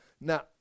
now